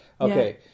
Okay